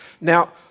Now